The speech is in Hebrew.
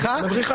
כמדריכה.